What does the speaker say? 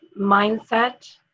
mindset